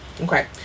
okay